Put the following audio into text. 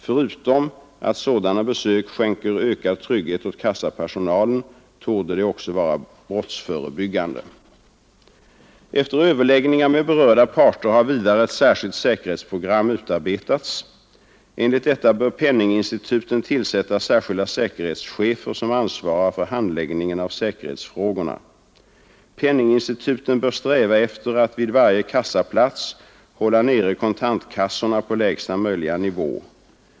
Förutom att sådana besök skänker ökad trygghet åt kassapersonalen, torde de också verka brottsförebyggande. Efter överläggningar med berörda parter har vidare ett särskilt säkerhetsprogram utarbetats. Enligt detta bör penninginstituten tillsätta särskilda säkerhetschefer, som ansvarar för handläggningen av säkerhetsfrågorna. Penninginstituten bör sträva efter att vid varje kassaplats hålla nere kontantkassorna på lägsta möjliga nivå.